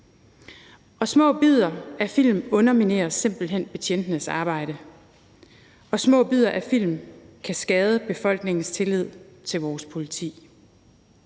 Små bidder af film underminerer simpelt hen betjentenes arbejde, og små bidder af film kan skade befolkningens tillid til vores politi.